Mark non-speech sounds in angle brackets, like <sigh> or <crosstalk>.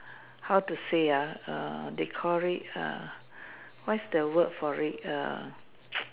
how to say ah err they call it err what's the word for it err <noise>